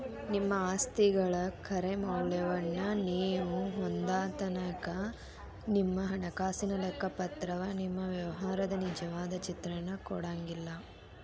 ನಿಮ್ಮ ಆಸ್ತಿಗಳ ಖರೆ ಮೌಲ್ಯವನ್ನ ನೇವು ಹೊಂದೊತನಕಾ ನಿಮ್ಮ ಹಣಕಾಸಿನ ಲೆಕ್ಕಪತ್ರವ ನಿಮ್ಮ ವ್ಯವಹಾರದ ನಿಜವಾದ ಚಿತ್ರಾನ ಕೊಡಂಗಿಲ್ಲಾ